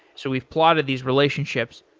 so we've plotted these relationships.